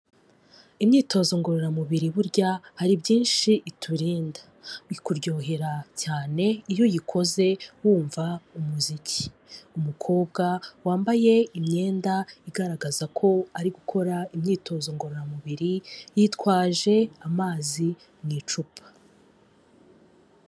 Imyitozo ngororamubiri burya hari byinshi iturinda, bikuryohera cyane iyo uyikoze wumva umuziki, umukobwa wambaye imyenda igaragaza ko ari gukora imyitozo ngororamubiri, yitwaje amazi mu icupa.